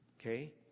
Okay